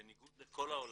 בניגוד לכל העולם.